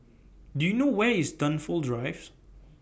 Do YOU know Where IS Dunsfold Drive